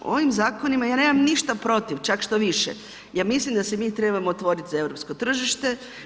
U ovim zakonima ja nemam ništa protiv, čak štoviše, ja mislim da se mi trebamo otvoriti za EU tržište.